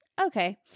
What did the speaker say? Okay